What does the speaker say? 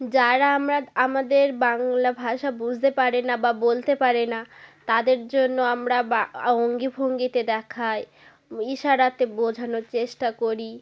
যারা আমরা আমাদের বাংলা ভাষা বুঝতে পারে না বা বলতে পারে না তাদের জন্য আমরা বা অঙ্গ ভঙ্গিতে দেখায় ইসারাতে বোঝানোর চেষ্টা করি